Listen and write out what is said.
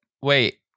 Wait